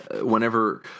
Whenever